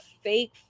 fake